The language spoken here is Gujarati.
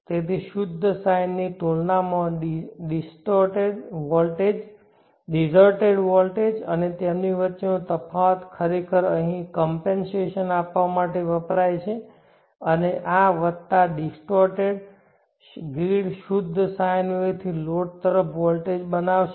તેથી શુદ્ધ sine ની તુલનામાં ડિસર્ટ વોલ્ટેજ અને તેમની વચ્ચેનો તફાવત ખરેખર અહીં કમ્પૅન્સેશન આપવા માટે વપરાય છે અને આ વત્તા ડિસ્ટોર્ટેડ ગ્રીડ શુદ્ધ sine થી લોડ તરફ વોલ્ટેજ બનાવશે